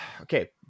okay